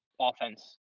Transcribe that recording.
offense